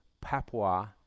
Papua